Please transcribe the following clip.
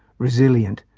resilient.